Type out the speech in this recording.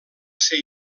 ser